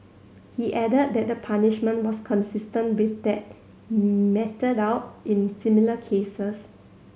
he added that the punishment was consistent with that meted out in similar cases